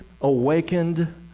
awakened